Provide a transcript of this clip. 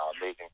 amazing